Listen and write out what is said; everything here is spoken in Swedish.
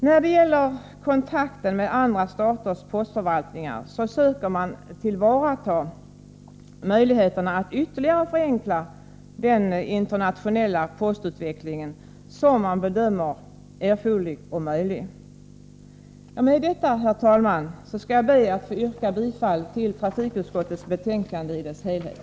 Beträffande kontakten med andra staters postförvaltningar söker man tillvarata möjligheterna att ytterligare förenkla den internationella postutväxlingen, något som bedöms som erforderligt och möjligt. Med detta, herr talman, ber jag att få yrka bifall till trafikutskottets hemställan i dess helhet.